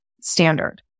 standard